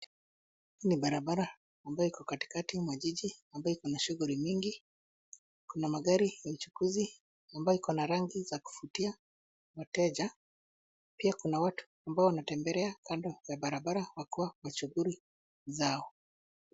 Ni barabara ambayo iko katikati mwa jiji ambayo ikona shughuli nyingi. Kuna magari ya uchukuzi ambayo ikona rangi za kuvutia wateja. Pia kuna watu ambao wanaotembelea kando ya barabara wakiwa na shughuli zao.